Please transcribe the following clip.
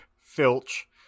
filch